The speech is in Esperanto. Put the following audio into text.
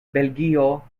belgio